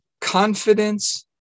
Confidence